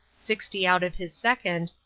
sixty out of his second,